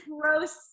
gross